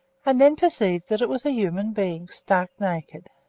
and then perceived that it was a human being, stark naked.